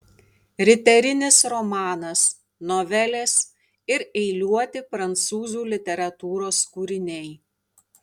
riterinis romanas novelės ir eiliuoti prancūzų literatūros kūriniai